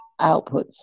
outputs